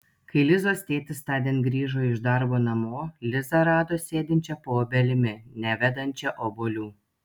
kai lizos tėtis tądien grįžo iš darbo namo lizą rado sėdinčią po obelimi nevedančia obuolių